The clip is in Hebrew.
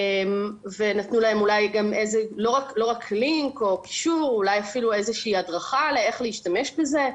ואולי נתנו להם לא רק לינק או קישור אלא אפילו הדרכה איך להשתמש בזה,